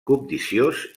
cobdiciós